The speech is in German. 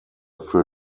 für